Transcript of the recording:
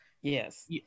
Yes